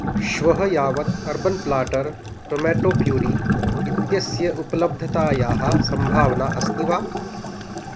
श्वः यावत् urban platter tomato puree इत्यस्य उपलब्धतायाः सम्भावना अस्ति वा